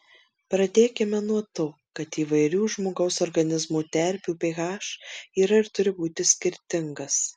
pradėkime nuo to kad įvairių žmogaus organizmo terpių ph yra ir turi būti skirtingas